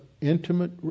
intimate